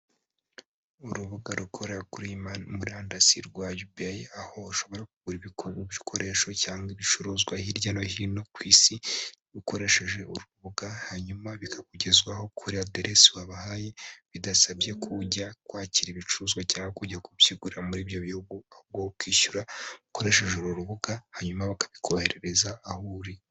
Urubuga rukora kuri murandasi rwa Yubeyi, aho ushobora kugura ibikoresho cyangwa ibicuruzwa hirya no hino ku isi, ukoresheje uru rubuga hanyuma bikakugezwaho kuri aderesi wabahaye, bidasabye ko ujya kwakira ibicuruzwa cyangwa kujya kubyigurira muri ibyo bihugu, ahubwo wowe ukishyura ukoresheje urwo rubuga, hanyuma bakabikoherereza aho uri.